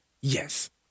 yes